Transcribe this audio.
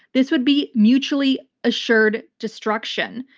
this would be mutually assured destruction.